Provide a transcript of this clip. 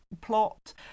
plot